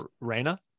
Reina